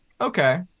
Okay